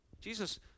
Jesus